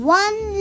one